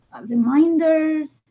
reminders